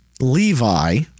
Levi